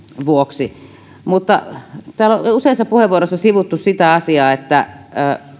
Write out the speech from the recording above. vuoksi mutta täällä on useissa puheenvuoroissa sivuttu sitä asiaa että